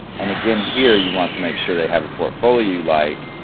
and again here you want to make sure they have a portfolio you like,